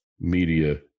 media